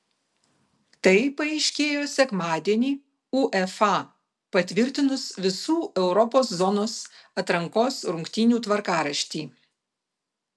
tai paaiškėjo sekmadienį uefa patvirtinus visų europos zonos atrankos rungtynių tvarkaraštį